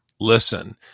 listen